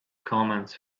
commands